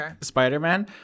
Spider-Man